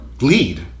lead